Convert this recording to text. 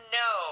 no